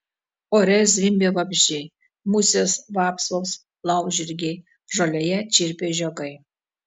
ore zvimbė vabzdžiai musės vapsvos laumžirgiai žolėje čirpė žiogai